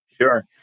Sure